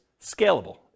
scalable